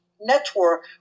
network